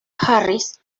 harris